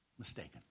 Mistaken